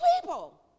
people